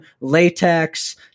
latex